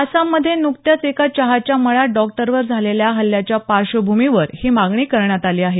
आसाममध्ये नुकत्याच एका चहाच्या मळ्यात डॉक्टरवर झालेल्या हल्ल्याच्या पार्श्वभूमीवर ही मागणी करण्यात आली आहे